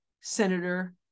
Senator